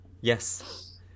Yes